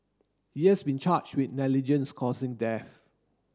he has been charge with negligence causing death